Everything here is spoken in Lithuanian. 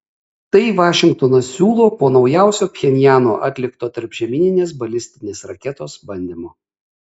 tai vašingtonas siūlo po naujausio pchenjano atlikto tarpžemyninės balistinės raketos bandymo